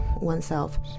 oneself